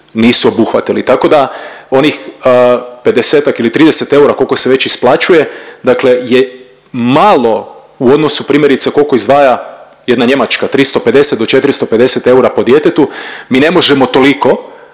nisu obuhvatili. Tako da onih 50-tak ili 30 eura kolko se već isplaćuje dakle je malo u odnosu primjerice kolko izdvaja jedna Njemačka 350 do 450 eura po djetetu. Mi ne možemo toliko,